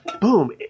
boom